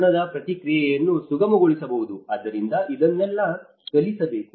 ತಕ್ಷಣದ ಪ್ರತಿಕ್ರಿಯೆಯನ್ನು ಸುಗಮಗೊಳಿಸಬಹುದು ಆದ್ದರಿಂದ ಇದನ್ನೆಲ್ಲ ಕಲಿಸಬೇಕು